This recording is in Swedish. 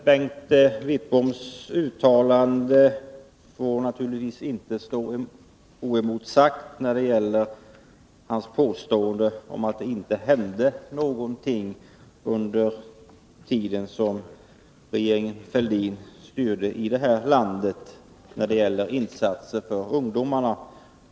Herr talman! Bengt Wittboms påstående att det inte gjordes några insatser för ungdomarna under den tid som regeringen Fälldin styrde här i landet får naturligtvis inte stå oemotsagt.